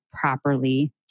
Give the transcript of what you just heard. properly